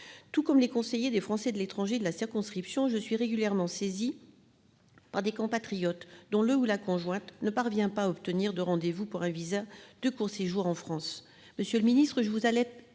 Tout comme les conseillers des Français de l'étranger de la circonscription je suis régulièrement saisi. Par des compatriotes dont le ou la conjointe ne parvient pas à obtenir de rendez-vous pour un VISA de court séjour en France. Monsieur le Ministre, je vous allez